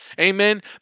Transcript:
Amen